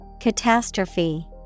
Catastrophe